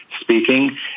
speaking